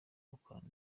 mukorana